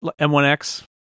M1X